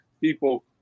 people